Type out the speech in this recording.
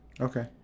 Okay